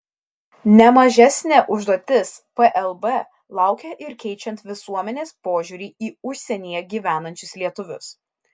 ne mažesnė užduotis plb laukia ir keičiant visuomenės požiūrį į užsienyje gyvenančius lietuvius